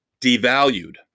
devalued